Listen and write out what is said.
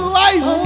life